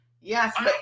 Yes